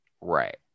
Right